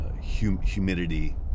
humidity